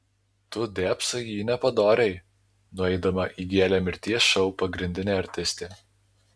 tu dėbsai į jį nepadoriai nueidama įgėlė mirties šou pagrindinė artistė